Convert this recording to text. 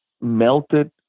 melted